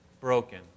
broken